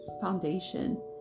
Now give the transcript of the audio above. Foundation